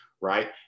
right